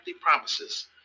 promises